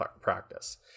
practice